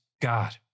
God